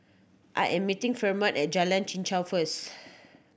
I am meeting Fremont at Jalan Chichau first